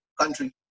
country